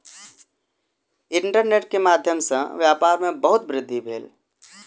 internet के माध्यम सॅ व्यापार में बहुत वृद्धि भेल